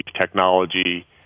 technology